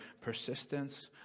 persistence